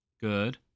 Good